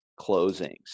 closings